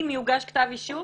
אם יוגש כתב אישום,